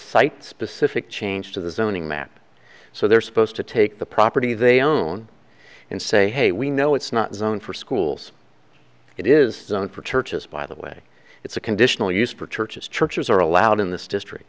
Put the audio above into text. site specific change to the zoning map so they're supposed to take the property they own and say hey we know it's not zoned for schools it is known for churches by the way it's a conditional use for churches churches are allowed in this district